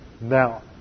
Now